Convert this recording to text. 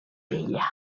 bella